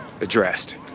addressed